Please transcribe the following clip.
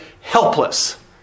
helpless